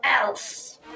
else